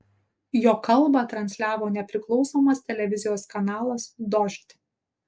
jo kalbą transliavo nepriklausomas televizijos kanalas dožd